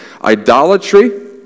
Idolatry